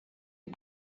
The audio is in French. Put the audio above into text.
est